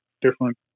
different